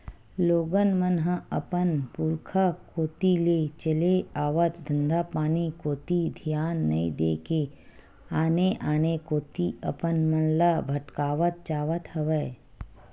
लोगन मन ह अपन पुरुखा कोती ले चले आवत धंधापानी कोती धियान नइ देय के आने आने कोती अपन मन ल भटकावत जावत हवय